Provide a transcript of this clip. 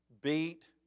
beat